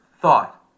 thought